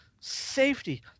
safety